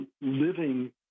living